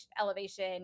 elevation